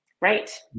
Right